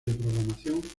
programación